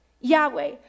Yahweh